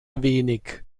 wenig